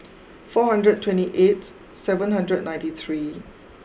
four hundred twenty eight seven hundred ninety three